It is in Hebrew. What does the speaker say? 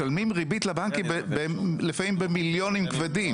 משלמים ריבית לבנקים, לפעמים במיליונים כבדים.